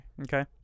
Okay